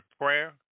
prayer